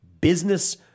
business